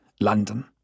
London